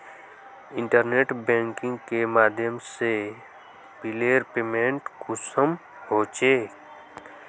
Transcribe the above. Internet banking के माध्यम से बिलेर पेमेंट कुंसम होचे?